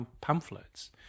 pamphlets